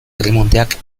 erremonteak